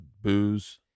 booze